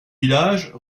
village